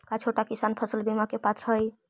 का छोटा किसान फसल बीमा के पात्र हई?